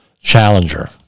challenger